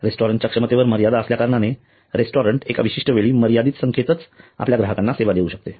रेस्टॉरंटच्या क्षमतेवर मर्यादा असल्याकारणाने रेस्टॉरंट एका विशिष्ट वेळी मर्यादित संख्येतच ग्राहकांना सेवा देऊ शकते